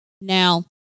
Now